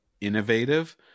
innovative